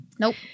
Nope